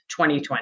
2020